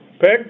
Peg